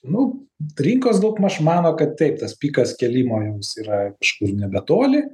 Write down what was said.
nu rinkos daugmaž mano kad taip tas pikas kėlimo jau jis yra kažkur nebetoli